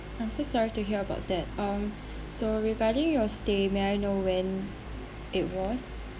I'm so sorry to hear about that um so regarding your stay may I know when it was